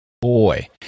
boy